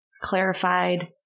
clarified